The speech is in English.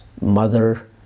mother